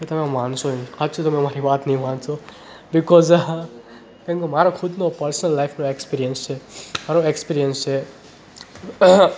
કે તમે માનશો નહીં સાચ્ચે તમે મારી વાત નહીં માનશો બિકૉઝ કેમ કે મારો ખુદ પર્સનલ લાઇફનો એક્સપીરિયન્સ છે મારો એક્સપીરિયન્સ છે